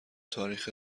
تاریخ